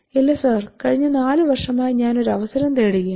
ഇല്ല സർ കഴിഞ്ഞ നാല് വർഷ മായി ഞാൻ ഒരു അവസരം തേടുകയാണ്